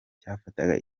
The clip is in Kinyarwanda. cyafataga